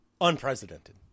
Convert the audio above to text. unprecedented